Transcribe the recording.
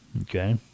Okay